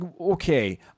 okay